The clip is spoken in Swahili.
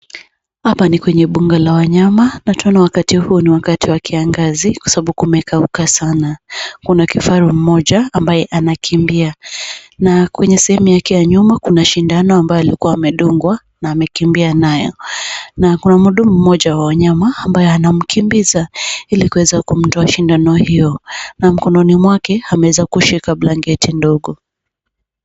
Hapa ni kwenye mbunga la wanyama na tunaona wakati huu ni wakati wa kiangazi kwa sababu kumekauka sana. Kuna kifaru mmoja ambaye anakimbia ,na kwenye sehemu yake ya nyuma kuna shindano ambayo alikuwa amedungwa na amekimbia nayo ,na kuna mhudumu mmoja wa wanyama ambaye anamkimbiza ili kuweza kumtoa shindano hiyo na mkononi mwake ameweza kushika blanketi ndogo.